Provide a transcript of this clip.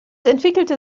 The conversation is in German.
entwickelte